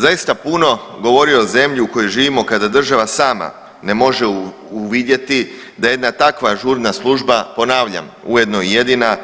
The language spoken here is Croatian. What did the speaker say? Zaista puno govori o zemlji u kojoj živimo kada država sama ne može uvidjeti da jedna takva žurna služba, ponavljam ujedno i jedina,